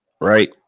right